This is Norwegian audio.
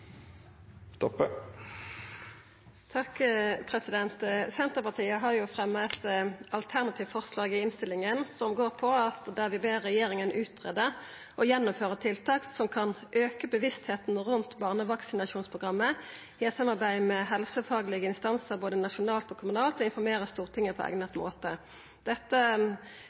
Senterpartiet har fremma eit alternativt forslag i innstillinga, der vi ber regjeringa greia ut og gjennomføra tiltak som kan auka bevisstheita rundt barnevaksinasjonsprogrammet, i eit samarbeid med helsefaglege instansar både nasjonalt og kommunalt, og informera Stortinget på eigna måte. Dette forslaget er tatt ut frå det som Landsgruppen av helsesøstre hadde som innspel til dette